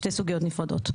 אלו שתי סוגיות נפרדות.